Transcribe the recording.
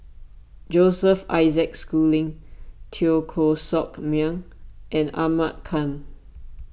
Joseph Isaac Schooling Teo Koh Sock Miang and Ahmad Khan